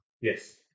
Yes